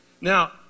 Now